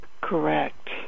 Correct